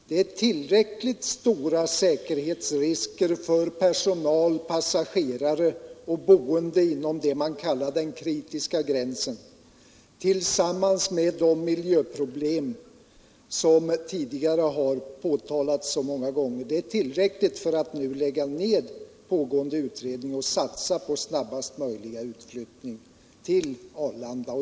De stora säkerhetsriskerna för personal, passagerare Om Bromma flygplats och boende innanför det man kallar den kritiska gränsen tillsammans med de miljöproblem som tidigare har påtalats så många gånger är nog för att man nu skall lägga ned pågående utredning och satsa på snabbaste möjliga utflyttning till Arlanda.